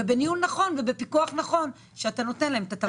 בניהול נכון ובפיקוח נכון שאתה נותן להם את התמריץ.